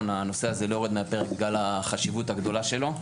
הנושא הזה לא יורד מהפרק בגלל החשיבות הגדולה שלו,